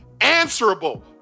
answerable